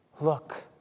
Look